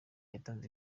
yatanze